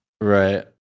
Right